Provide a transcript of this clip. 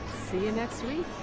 see you next week.